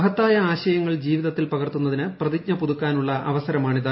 മഹത്തായ ആശയങ്ങൾ ജീവിതത്തിൽ പകർത്തുന്നതിന് പ്രതിജ്ഞ പുതുക്കാനുള്ള അവസരമാണിത്